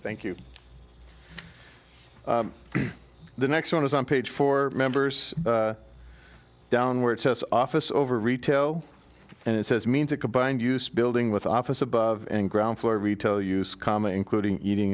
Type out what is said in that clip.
thank you the next one is on page four members down where it says office over retail and it says means a combined use building with office above and ground floor retail use common including eating